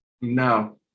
No